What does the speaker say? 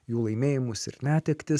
jų laimėjimus ir netektis